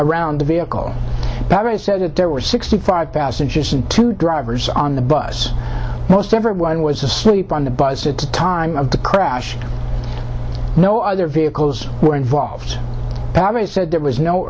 around the vehicle it said that there were sixty five passengers and two drivers on the bus most everyone was asleep on the bus at the time of the crash no other vehicles were involved said there was no